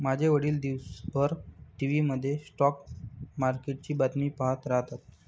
माझे वडील दिवसभर टीव्ही मध्ये स्टॉक मार्केटची बातमी पाहत राहतात